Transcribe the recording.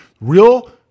Real